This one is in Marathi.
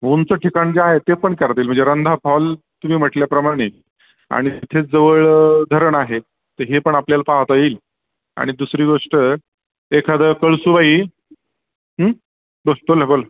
उंच ठिकाण जे आहे ते पण करता येईल म्हणजे रंधा फॉल तुम्ही म्हटल्याप्रमाणे आणि तिथेच जवळ धरण आहे तर हे पण आपल्याला पाहता येईल आणि दुसरी गोष्ट एखादं कळसूबाई अं बोल बोल ना बोल